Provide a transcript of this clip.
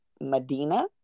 Medina